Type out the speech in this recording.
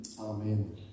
Amen